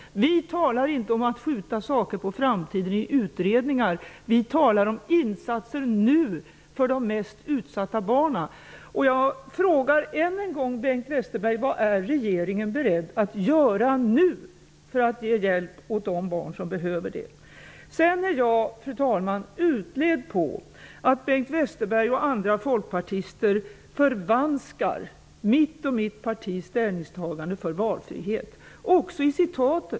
Vi socialdemokrater talar inte om att skjuta saker på framtiden i utredningar. Vi talar om insatser nu, för de mest utsatta barnen. Jag är utled, fru talman, på att Bengt Westerberg och andra folkpartister förvanskar mitt och mitt partis ställningstagande för valfrihet -- även i citat.